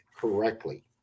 correctly